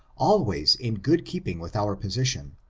always in good keeping with our position,